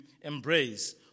embrace